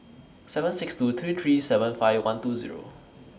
seven six two three three seven five one two Zero